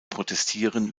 protestierten